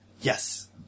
Yes